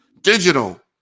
digital